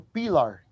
Pilar